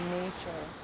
nature